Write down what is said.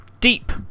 deep